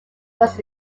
was